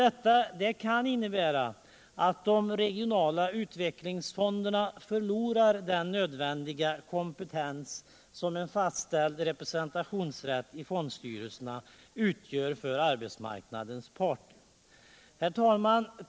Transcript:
Detta skulle kunna innebära att de regionala utvecklingsfonderna förlorar den nödvändiga kompetens som en fastställd representationsrätt i fondstyrelserna för arbetsmarknadens parter utgör. Herr talman!